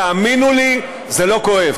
תאמינו לי, זה לא כואב.